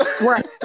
Right